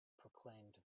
proclaimed